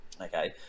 Okay